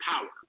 power